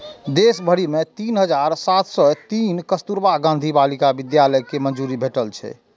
देश भरि मे तीन हजार सात सय तीन कस्तुरबा गांधी बालिका विद्यालय कें मंजूरी भेटल छै